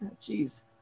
Jeez